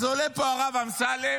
אז עולה לפה הרב אמסלם,